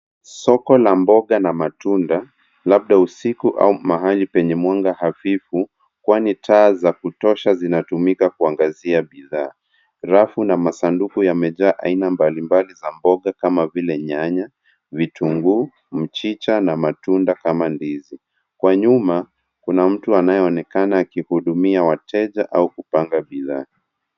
Soko la mboga na matunda labda usiku au mahali penye mwanga hafifu kwani taa za kutosha zinatumika kuangazia bidhaa. Rafu na masanduku yamejaa aina mbalimbali za mboga kama vile nyanya, vitunguu, mchicha na matunda kama ndizi. Kwa nyuma kuna mtu anayeonekana akihudumia wateja au kupanga bidhaa.